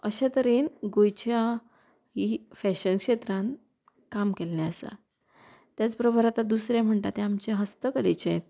अश्या तरेन गोंयच्या ही फॅशन क्षेत्रान काम केल्लें आसा त्याच बरोबर आतां दुसरें म्हणटा तें आमचें हस्तकलेचें